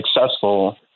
successful